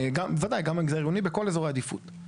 בוודאי גם במגזר העירוני, בכל אזורי עדיפות.